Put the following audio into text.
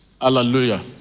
Hallelujah